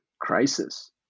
crisis